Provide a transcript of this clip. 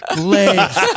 legs